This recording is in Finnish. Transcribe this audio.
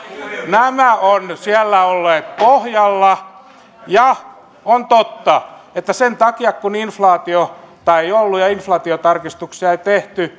nämä ovat siellä olleet pohjalla ja on totta että sen takia että inflaatiota ei ollut ja inflaatiotarkistuksia ei tehty